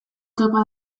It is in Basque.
topa